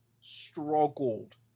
struggled